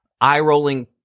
eye-rolling